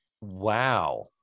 Wow